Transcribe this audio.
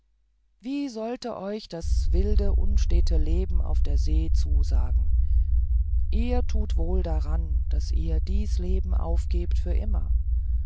wie sollte euch das wilde unstete leben auf der see zusagen ihr tut wohl daran daß ihr dies leben aufgebt für immer